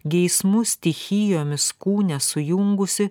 geismų stichijomis kūne sujungusi